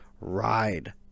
ride